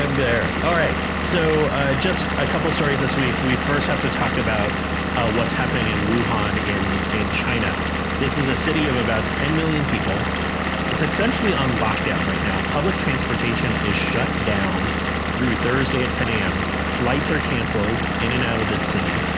um there all right so just a couple stories this week we first have to talk about what's happening in wuhan in in china this is a city of about ten million people it's essentially on lockdown right now public transportation is shut down through thursday at m. flights are canceled in and out of this city